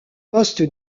poste